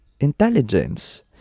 intelligence